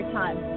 time